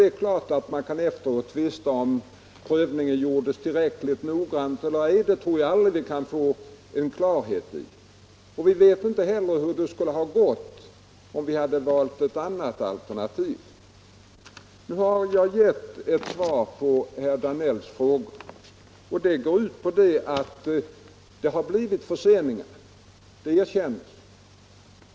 Efteråt kan man naturligtvis tvista om huruvida prövningen var tillräckligt noggrann, men det tror jag aldrig vi kan få klarhet i. Vi vet inte heller hur det skulle ha gått om vi valt ett annat alternativ. Nu har jag gett svar på herr Danells frågor, och det går ut på att det har uppstått förseningar. Det erkänns.